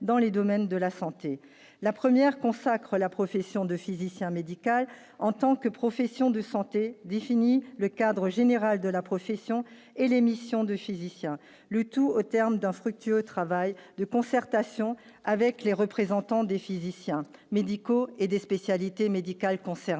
la première consacre la profession de physicien médical en tant que profession de santé défini le cadre général de la profession et l'émission de physiciens, le tout au terme d'un fructueux travail de concertation avec les représentants des physiciens médicaux et des spécialités médicales concernées,